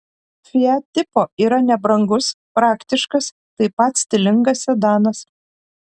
fiat tipo yra nebrangus praktiškas taip pat stilingas sedanas